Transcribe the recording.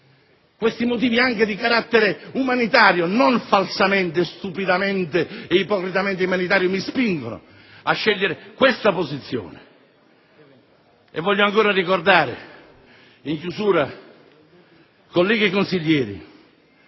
Questi motivi, anche di carattere umanitario, non falsamente, stupidamente e ipocritamente umanitario, mi spingono a scegliere questa posizione. Voglio ancora in chiusura ricordare, colleghi senatori,